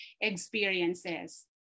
experiences